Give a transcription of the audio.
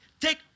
take